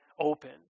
open